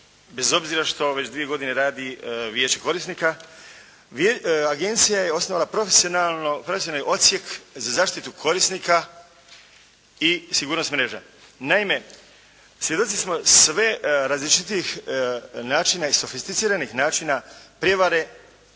bez obzira što već dvije godine radi Vijeće korisnika, Agencija je osnovana profesionalno Odsjek za zaštitu korisnika i sigurnost mreža. Naime, svjedoci smo sve različitijih i sofisticiranih načina prevara,